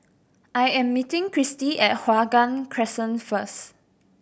I am meeting Christi at Hua Guan Crescent first